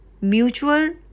mutual